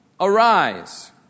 arise